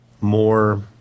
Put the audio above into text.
more